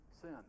sin